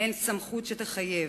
אין סמכות שתחייב,